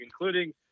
including